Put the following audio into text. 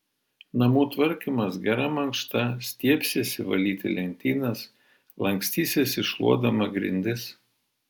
namų tvarkymas gera mankšta stiebsiesi valyti lentynas lankstysiesi šluodama grindis